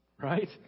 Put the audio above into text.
Right